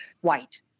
white